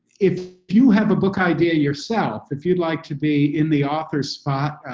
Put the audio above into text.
if you have a book idea yourself, if you'd like to be in the author's spot,